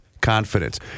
Confidence